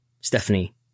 Stephanie